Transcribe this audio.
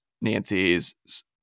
Nancy's